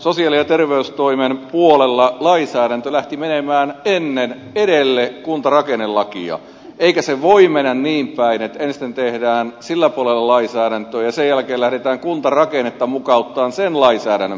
sosiaali ja terveystoimen puolella lainsäädäntö lähti menemään kuntarakennelain edelle eikä se voi mennä niinpäin että ensin tehdään sillä puolella lainsäädäntöä ja sen jälkeen lähdetään kuntarakennetta mukauttamaan sen lainsäädännön pohjalle